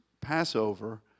Passover